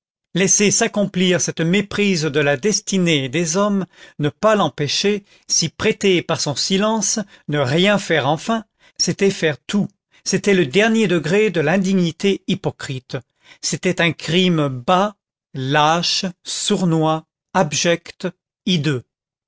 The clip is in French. laisser s'accomplir cette méprise de la destinée et des hommes ne pas l'empêcher s'y prêter par son silence ne rien faire enfin c'était faire tout c'était le dernier degré de l'indignité hypocrite c'était un crime bas lâche sournois abject hideux